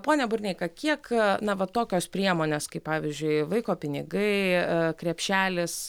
pone burneika kiek na va tokios priemonės kaip pavyzdžiui vaiko pinigai krepšelis